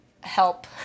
Help